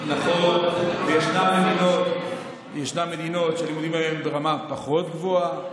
וישנן מדינות שהלימודים בהן הם ברמה פחות גבוהה.